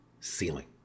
ceiling